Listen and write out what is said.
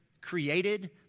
created